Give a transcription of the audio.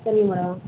சரிங்க மேடம்